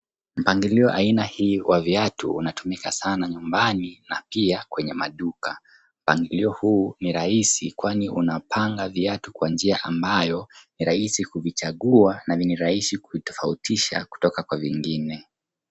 Mpangilio aina hii wa viatu unatumika sana nyumbani na pia kwenye maduka. Mpangilio huu ni rahisi kwani unapanga viatu kwa njia ambayo ni rahisi kuvichagua na ni rahisi kuitofautisha kutoka kwa vingine.